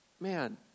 Man